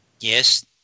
Yes